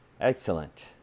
Excellent